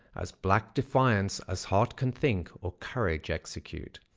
as black defiance as heart can think or courage execute.